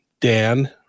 Dan